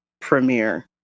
premiere